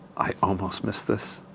i almost miss this.